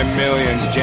millions